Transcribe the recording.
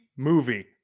Movie